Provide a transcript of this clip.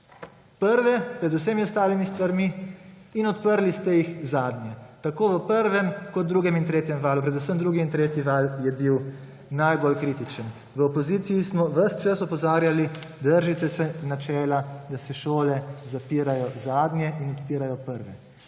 prve pred vsemi ostalimi stvarmi in odprli ste jih zadnje tako v prvem, kot drugem in tretjem valu. Predvsem drugi in tretji val je bil najbolj kritičen. V opoziciji smo ves čas opozarjali, držite se načela, da se šole zapirajo zadnje in odpirajo prve.